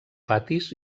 patis